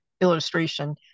illustration